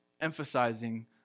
emphasizing